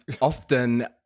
often